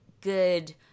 good